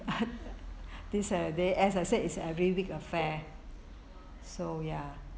these ah they as I said it's every week affair so ya